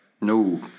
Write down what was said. No